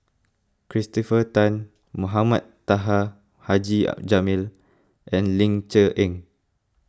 Christopher Tan Mohamed Taha Haji Jamil and Ling Cher Eng